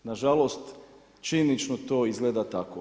Nažalost, činjenično to izgleda tako.